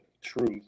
truth